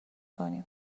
کنیم